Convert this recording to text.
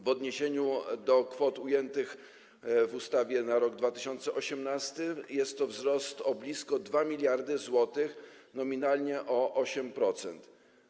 W odniesieniu do kwot ujętych w ustawie na rok 2018 jest to wzrost o blisko 2 mld zł - nominalnie o 8%.